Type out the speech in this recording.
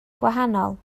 gwahanol